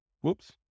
Whoops